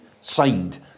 Signed